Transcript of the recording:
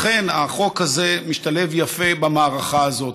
לכן, החוק הזה משתלב יפה במערכה הזאת.